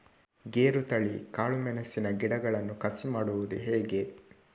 ಗೇರುತಳಿ, ಕಾಳು ಮೆಣಸಿನ ಗಿಡಗಳನ್ನು ಕಸಿ ಮಾಡುವುದು ಹೇಗೆ?